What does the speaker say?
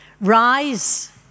rise